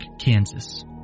Kansas